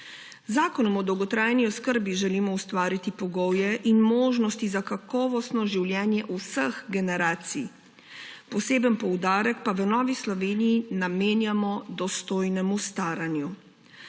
Zakonom o dolgotrajni oskrbi želimo ustvariti pogoje in možnosti za kakovostno življenje vseh generacij, poseben poudarek pa v Novi Sloveniji namenjamo dostojnemu staranju.